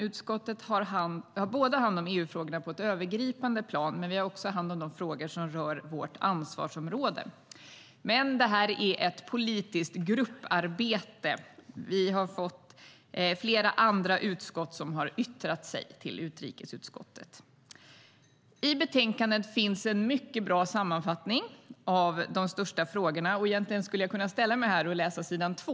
Utskottet har både hand om EU-frågorna på ett övergripande plan och det som rör vårt ansvarsområde. Men det här är ett politiskt grupparbete, och flera andra utskott har yttrat sig till utrikesutskottet.I betänkandet finns en mycket bra sammanfattning av de största frågorna, och egentligen skulle jag kunna ställa mig här och läsa sid. 2.